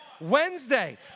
Wednesday